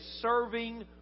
serving